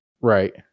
Right